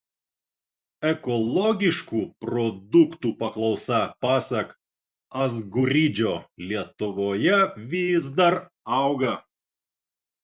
ekologiškų produktų paklausa pasak azguridžio lietuvoje vis dar auga